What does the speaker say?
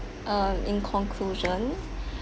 um in conclusion